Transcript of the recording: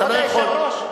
כבוד היושב-ראש,